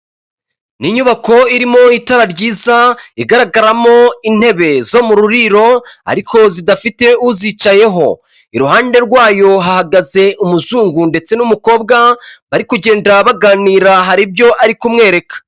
Ni inyubako irimo itara ryiza igaragaramo intebe zo mu ruriro ariko zidafite uzicayeho, iruhande rwayo hahagaze umuzungu ndetse n'umukobwa bari kugenda baganira hari ibyo ari kumwereka.